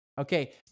Okay